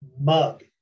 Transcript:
mug